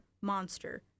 Monster